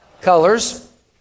Colors